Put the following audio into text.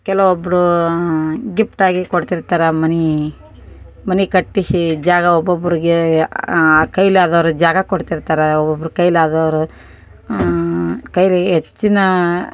ಕೆಲವೊಬ್ರು ಗಿಪ್ಟ್ ಆಗಿ ಕೊಡ್ತಿರ್ತಾರೆ ಮನೆ ಮನೆ ಕಟ್ಟಿಸಿ ಜಾಗ ಒಬ್ಬೊಬ್ರಿಗೆ ಕೈಲಿ ಆದೋರು ಜಾಗ ಕೊಡ್ತಿರ್ತಾರ್ರ ಒಬ್ಬೊಬ್ರು ಕೈಲಿ ಆದೋರು ಕೈಲಿ ಹೆಚ್ಚಿನ